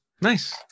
Nice